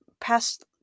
past